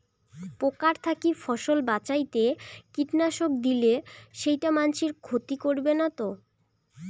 পোকার থাকি ফসল বাঁচাইতে কীটনাশক দিলে সেইটা মানসির শারীরিক ক্ষতি করিবে না তো?